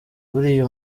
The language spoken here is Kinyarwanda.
buriya